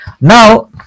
now